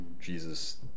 Jesus